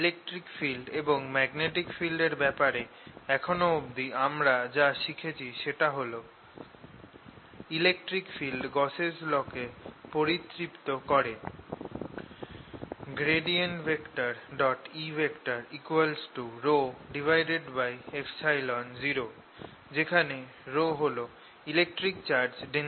electric field এবং magnetic field এর ব্যাপারে এখনো অবধি আমরা যা দেখেছি সেটা হল - electric field Gauss's law Guasss law কে পরিতৃপ্ত করে E 0 যেখানে হল electric charge density